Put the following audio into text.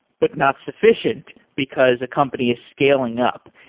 but not sufficient because a company is scaling up.